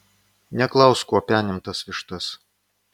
neklausk kuo penim tas vištas